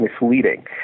misleading